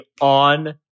on